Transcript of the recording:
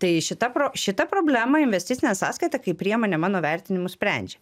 tai šita pro šitą problemą investicinė sąskaita kaip priemonė mano vertinimu sprendžia